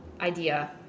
idea